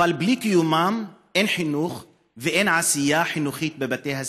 אבל בלי קיומם אין חינוך ואין עשייה חינוכית בבתי הספר,